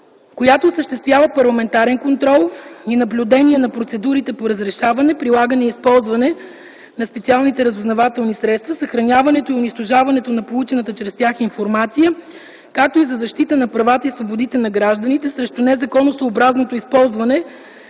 която осъществява парламентарен контрол и наблюдение на процедурите по разрешаване, прилагане и използване на специалните разузнавателни средства, съхраняването и унищожаването на получената чрез тях информация, както и за защита на правата и свободите на гражданите срещу незаконосъобразното използване